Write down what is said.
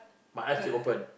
my eyes still open